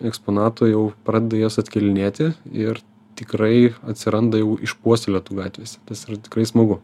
eksponatų jau pradeda jas atkėlinėti ir tikrai atsiranda jau išpuoselėtų gatvėse ir tikrai smagu